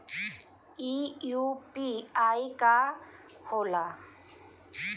ई यू.पी.आई का होला?